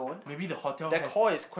maybe the hotel has